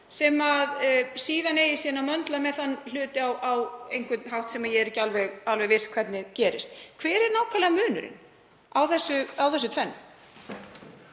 sem eigi að möndla með hann á einhvern hátt sem ég er ekki alveg viss um hvernig gerist? Hver er nákvæmlega munurinn á þessu tvennu?